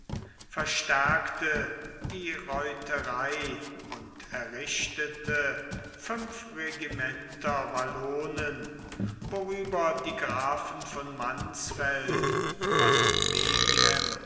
verstärkte die reiterei und errichtete fünf regimenter wallonen worüber die grafen von mansfeld von megen